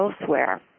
elsewhere